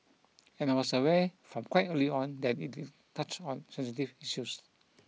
and I was aware from quite early on that it did touch on sensitive issues